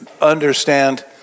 understand